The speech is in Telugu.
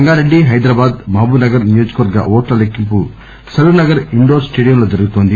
రంగారెడ్డి హైదరాబాద్ మహబూబ్ నగర్ నియోజకవర్గ ఓట్ల లెక్కింపు సరూర్ నగర్ ఇండోర్ స్టేడియంలో జరుగుతోంది